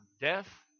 death